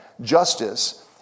Justice